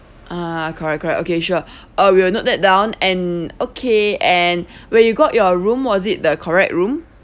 ah correct correct okay sure uh we will note that down and okay and when you got your room was it the correct room